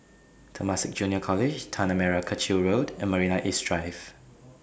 Temasek Junior College Tanah Merah Kechil Road and Marina East Drive